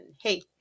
hey